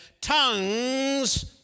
tongues